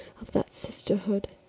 of that sisterhood!